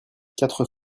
quatre